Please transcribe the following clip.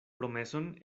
promeson